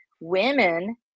women